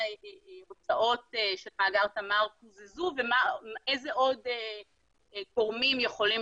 תוצאות של מאגר תמר קוזזו ואיזה עוד גורמים יכולים